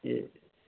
ए